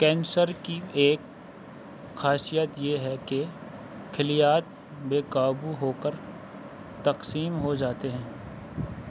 cancer کی ایک خاصیت یہ ہے کہ خلیات بے قابو ہو کر تقسیم ہو جاتے ہیں